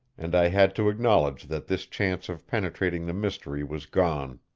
and i had to acknowledge that this chance of penetrating the mystery was gone.